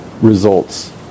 results